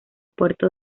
puerto